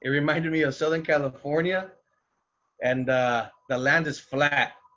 ah reminded me of southern california and the land is flat.